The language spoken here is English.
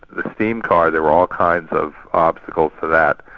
the steam car, there were all kinds of obstacles to that,